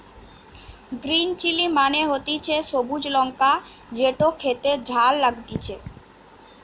green chilli মানে হতিছে সবুজ লঙ্কা যেটো খেতে ঝাল লাগতিছে